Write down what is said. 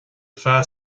feadh